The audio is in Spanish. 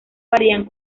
varían